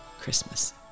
Christmas